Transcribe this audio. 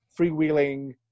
freewheeling